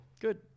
Good